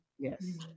Yes